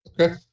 okay